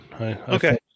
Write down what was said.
Okay